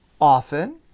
often